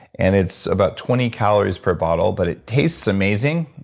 and it's about twenty calories per bottle, but it tastes amazing.